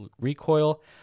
Recoil